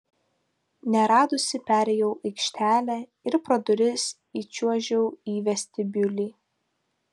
neradusi perėjau aikštelę ir pro duris įčiuožiau į vestibiulį